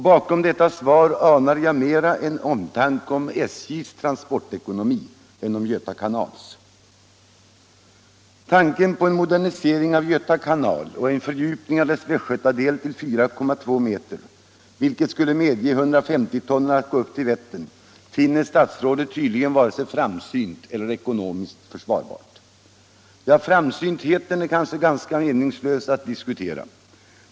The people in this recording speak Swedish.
Bakom detta svar anar jag mer en omtanke om SJ:s transportekonomi än om Göta kanals. Tanken på en modernisering av Göta kanal och en fördjupning av dess Västgötadel till 4,2 meter — vilket skulle medge 1500-tonnare att gå upp till Vättern — finner statsrådet tydligen varken framsynt eller ekonomiskt försvarbart. Framsyntheten är det kanske ganska meningslöst att diskutera.